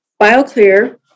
BioClear